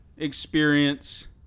experience